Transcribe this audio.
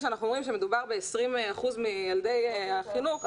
כשאנחנו אומרים שמדובר ב-20 אחוזים מילדי החינוך,